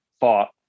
fought